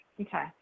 okay